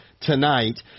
tonight